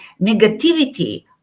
negativity